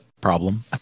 problem